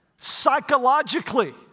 psychologically